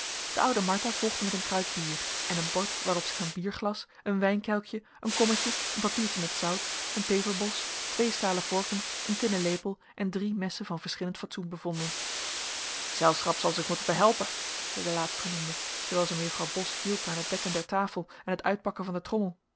de oude martha volgde met een kruik bier en een bord waarop zich een bierglas een wijnkelkje een kommetje een papiertje met zout een peperbos twee stalen vorken een tinnen lepel en drie messen van verschillend fatsoen bevonden t zelschap zal zich motten behelpen zeide laatstgenoemde terwijl zij mejuffrouw bos hielp aan het dekken der tafel en het uitpakken van de trommel